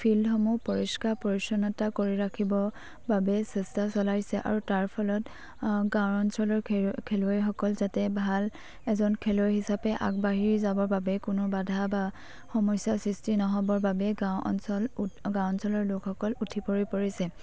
ফিল্ডসমূহ পৰিষ্কাৰ পৰিচ্ছন্নতা কৰি ৰাখিবৰ বাবে চেষ্টা চলাইছে আৰু তাৰ ফলত গাঁও অঞ্চলৰ খে খেলুৱৈসকল যাতে ভাল এজন খেলুৱৈ হিচাপে আগবাঢ়ি যাবৰ বাবে কোনো বাধা বা সমস্যাৰ সৃষ্টি নহ'বৰ বাবে গাঁও অঞ্চল উ গাঁও অঞ্চলৰ লোকসকল উঠি পৰি পৰিছে